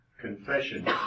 Confession